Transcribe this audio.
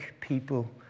people